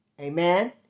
Amen